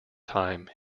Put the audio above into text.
time